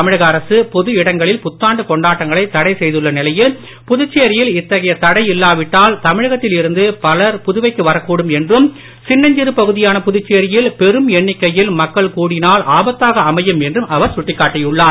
தமிழகஅரசுபொதுஇடங்களில்புத்தாண்டுகொண்டாட்டங்களைதடைசெய் துள்ளநிலையில்புதுச்சேரியில்இத்தகையதடைஇல்லாவிட்டால் தமிழகத்தில்இருந்துபலர்புதுவைக்குவரக்கூடும்என்றும்சின்னஞ்சிறுபகுதி யானபுதுச்சேரியில்பெரும்எண்ணிக்கையில்மக்கள்கூடினால்ஆபத்தாகஅ மையும்என்றும்அவர்சுட்டிக்காட்டியுள்ளார்